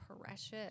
precious